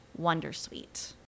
Wondersuite